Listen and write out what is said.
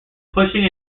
pushing